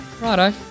Righto